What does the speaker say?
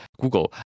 Google